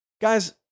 Guys